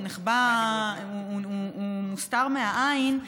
שהוא מוסתר מהעין.